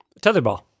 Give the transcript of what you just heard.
Tetherball